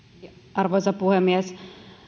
arvoisa puhemies